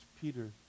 Peter